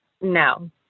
no